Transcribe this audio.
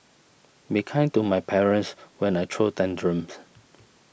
be kind to my parents when I throw tantrums